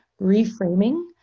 reframing